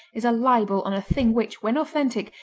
is a libel on a thing which, when authentic,